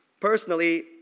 Personally